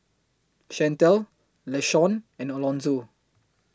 Shantell Lashawn and Alonzo